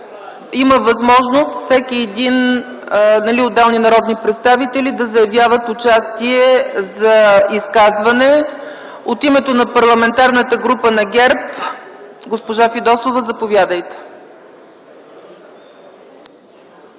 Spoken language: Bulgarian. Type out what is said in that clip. Има възможност отделни народни представители да заявяват участие - за изказване. От името на Парламентарната група на ГЕРБ – госпожо Фидосова, заповядайте.